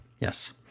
Yes